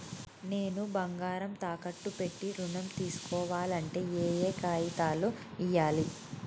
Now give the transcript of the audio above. నేను బంగారం తాకట్టు పెట్టి ఋణం తీస్కోవాలంటే ఏయే కాగితాలు ఇయ్యాలి?